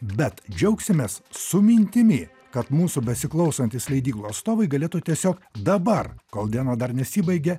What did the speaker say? bet džiaugsimės su mintimi kad mūsų besiklausantys leidyklų atstovai galėtų tiesiog dabar kol diena dar nesibaigė